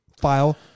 file